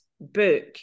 book